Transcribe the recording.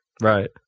right